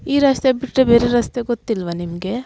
ಈ ರಸ್ತೆ ಬಿಟ್ಟರೆ ಬೇರೆ ರಸ್ತೆ ಗೊತ್ತಿಲ್ವ ನಿಮಗೆ